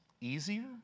easier